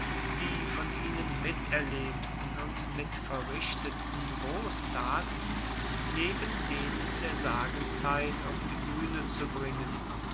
die von ihnen miterlebten und mitverrichteten grosstaten neben denen der sagenzeit auf die buehne zu bringen